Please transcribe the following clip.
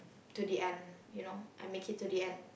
to the end you know and make it to the end